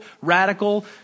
radical